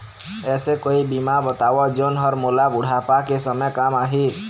ऐसे कोई बीमा बताव जोन हर मोला बुढ़ापा के समय काम आही?